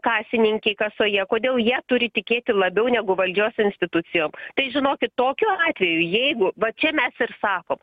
kasininkei kasoje kodėl ja turi tikėti labiau negu valdžios institucijom tai žinokit tokiu atveju jeigu va čia mes ir sakom